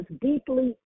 deeply